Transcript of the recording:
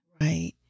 Right